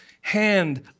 hand